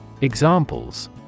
Examples